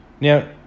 Now